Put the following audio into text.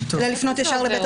אלא לפנות ישר לבית המשפט.